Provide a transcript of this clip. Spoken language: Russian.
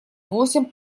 восемь